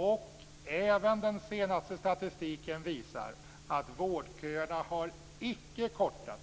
Och även den senaste statistiken visar att vårdköerna icke har kortats.